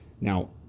Now